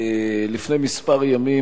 לפני כמה ימים,